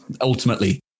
ultimately